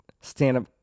stand-up